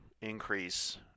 increase